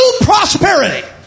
prosperity